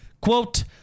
quote